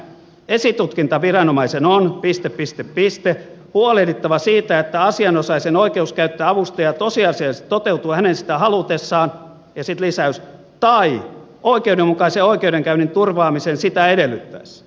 esitutkintaviranomaisen on huolehdittava siitä että asianosaisen oikeus käyttää avustajaa tosiasiallisesti toteutuu hänen sitä halutessaan ja sitten lisäys tai oikeudenmukaisen oikeudenkäynnin turvaamisen sitä edellyttäessä